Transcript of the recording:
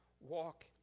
walk